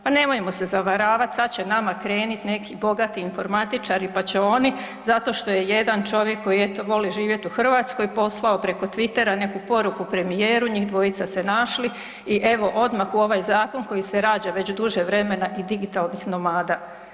Pa nemojmo se zavaravati, sada će nama krenuti neki bogati informatičari pa će oni zato što je jedan čovjek koji eto voli živjeti u Hrvatskoj poslao preko Twittera neku poruku premijeru, njih dvojica se našli i evo odmah u ovaj zakon koji se rađa već duže vremena i digitalnih nomada.